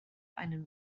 einen